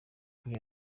kuri